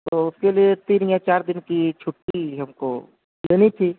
تو اس کے لیے تین یا چار دن کی چھٹی ہم کو لینی تھی